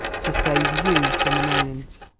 to save you from annoyance.